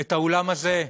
את האולם הזה,